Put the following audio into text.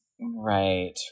Right